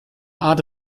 art